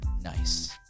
Nice